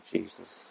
Jesus